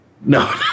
No